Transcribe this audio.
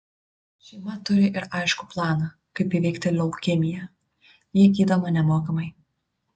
šeima turi ir aiškų planą kaip įveikti leukemiją ji gydoma nemokamai